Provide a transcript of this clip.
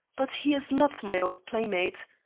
but he is not my old playmate.